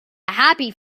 happy